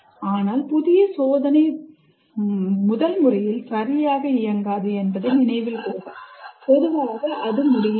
ஆனால் புதிய சோதனை முதல் முறையில் சரியாக இயங்காது என்பதை நினைவில் கொள்க பொதுவாக அது முடியாது